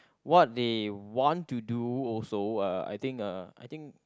what they want to do also uh I think uh I think